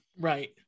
Right